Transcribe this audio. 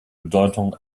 bedeutung